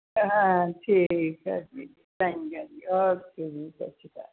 ਹਾਂ ਠੀਕ ਹੈ ਜੀ ਚੰਗਾ ਜੀ ਓਕੇ ਜੀ ਸਤਿ ਸ਼੍ਰੀ ਅਕਾਲ